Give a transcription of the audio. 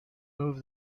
move